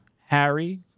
Harry